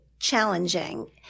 challenging